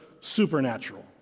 supernatural